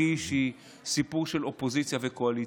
הכי אישי, אין סיפור של אופוזיציה וקואליציה.